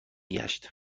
گشت